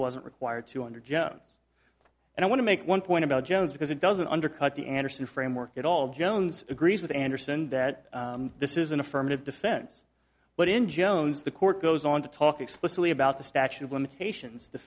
wasn't required to under john and i want to make one point about jones because it doesn't undercut the andersen framework at all jones agrees with andersen that this is an affirmative defense but in jones the court goes on to talk explicitly about the statute of limitations